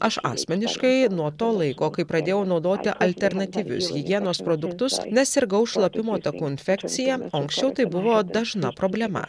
aš asmeniškai nuo to laiko kai pradėjau naudoti alternatyvius higienos produktus nesirgau šlapimo takų infekcija o anksčiau tai buvo dažna problema